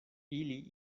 ili